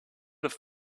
have